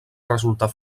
resultar